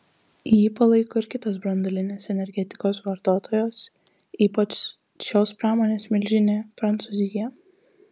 jį palaiko ir kitos branduolinės energetikos vartotojos ypač šios pramonės milžinė prancūzija